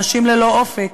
אנשים ללא אופק